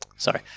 Sorry